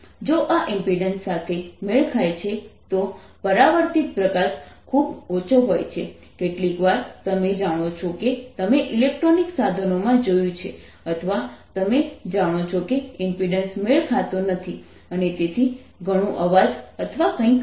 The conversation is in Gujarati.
જો આ ઇમ્પિડન્સ સાથે મેળ ખાય છે તો પરાવર્તિત પ્રકાશ ખૂબ ઓછો હોય છે કેટલીકવાર તમે જાણો છો કે તમે ઇલેક્ટ્રોનિક સાધનોમાં જોયું છે અથવા તમે જાણો છો કે ઇમ્પિડન્સ મેળ ખાતો નથી અને તેથી ઘણું અવાજ અથવા કંઈક છે